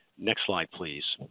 next slide please.